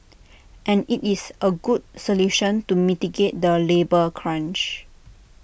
and IT is A good solution to mitigate the labour crunch